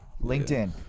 LinkedIn